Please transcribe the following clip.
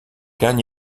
kan